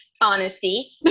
Honesty